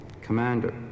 commander